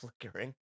flickering